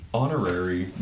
honorary